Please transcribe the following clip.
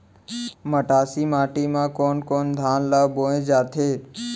मटासी माटी मा कोन कोन धान ला बोये जाथे?